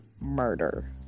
murder